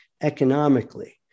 economically